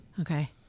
Okay